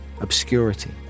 obscurity